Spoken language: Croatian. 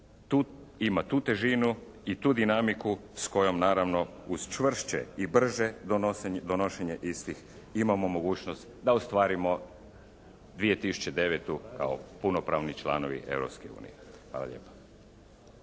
ima tu težinu i tu dinamiku s kojom naravno uz čvršće i brže donošenje istih imamo mogućnost da ostvarimo 2009. kao punopravni članovi Europske unije.